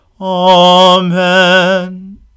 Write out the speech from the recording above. Amen